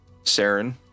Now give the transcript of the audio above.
Saren